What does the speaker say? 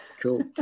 Cool